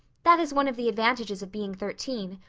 that is one of the advantages of being thirteen.